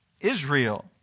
Israel